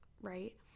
right